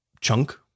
chunk